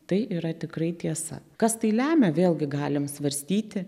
tai yra tikrai tiesa kas tai lemia vėlgi galime svarstyti